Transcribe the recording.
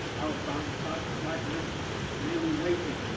outbound flight lists merely waiting,